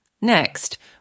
Next